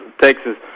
Texas